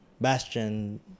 Bastion